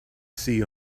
see